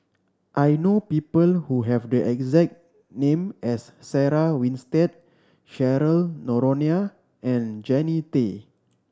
I know people who have the exact name as Sarah Winstedt Cheryl Noronha and Jannie Tay